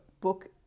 book